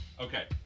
okay